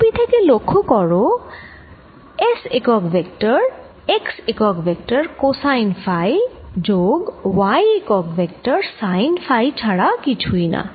ছবি থেকে লক্ষ্য করো S একক ভেক্টর x একক ভেক্টর কোসাইন ফাই যোগ y একক ভেক্টর সাইন ফাই ছাড়া কিছুই না